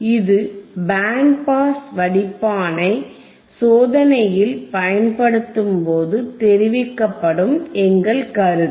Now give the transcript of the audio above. இது band pass வடிப்பானைப் சோதனையில் பயன்படுத்தும்போது தெரிவிக்கப்படும் எங்கள் கருத்து